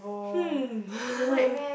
hmm